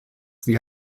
sie